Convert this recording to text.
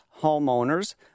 homeowners